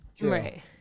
Right